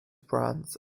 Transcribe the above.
brands